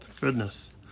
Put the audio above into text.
goodness